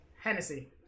Hennessy